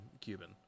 cuban